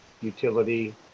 utility